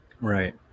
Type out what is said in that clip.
Right